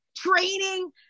Training